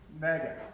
Mega